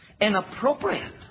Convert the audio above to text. inappropriate